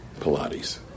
Pilates